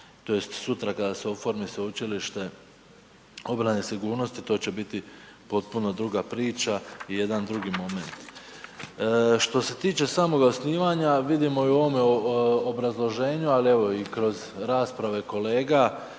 tj. sutra kada se oformi Sveučilište obrane i sigurnosti, to će biti potpuno druga priča i jedan drugi moment. Što se tiče samoga osnivanja, vidimo i u ovom obrazloženju ali evo i kroz rasprave kolega,